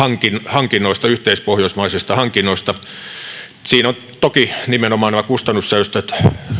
yhteispohjoismaisista hankinnoista siinä ovat toki nimenomaan nämä kustannussäästöt